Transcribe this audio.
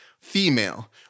female